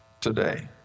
today